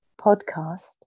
podcast